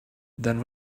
then